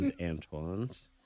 Antoine's